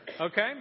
Okay